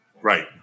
right